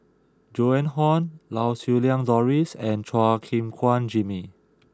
Joan Hon Lau Siew Lang Doris and Chua Gim Guan Jimmy